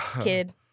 kid